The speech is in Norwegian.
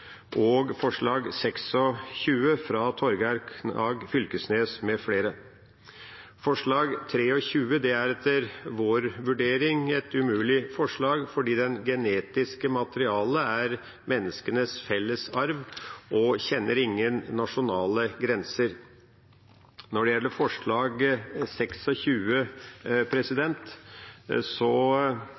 og forslag 26, fra Torgeir Knag Fylkesnes mfl. Forslag 23 er etter vår vurdering et umulig forslag fordi det genetiske materialet er menneskenes felles arv og kjenner ingen nasjonale grenser. Når det gjelder forslag